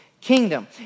kingdom